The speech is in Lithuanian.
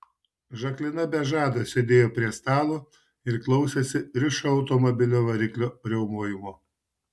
žaklina be žado sėdėjo prie stalo ir klausėsi rišo automobilio variklio riaumojimo